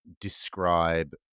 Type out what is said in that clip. describe